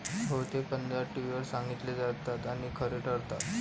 बहुतेक अंदाज टीव्हीवर सांगितले जातात आणि खरे ठरतात